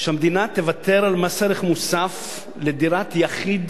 שהמדינה תוותר על מס ערך מוסף על דירת יחיד